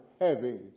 heavy